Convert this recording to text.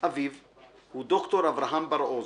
אביו הוא ד"ר אברהם בר עוז,